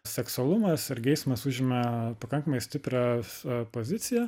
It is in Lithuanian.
seksualumas ir geismas užima pakankamai stiprią poziciją